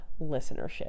listenership